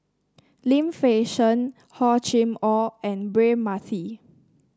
Lim Fei Shen Hor Chim Or and Braema Mathi